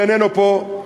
שאיננו פה,